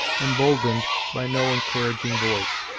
emboldened by no encouraging voice.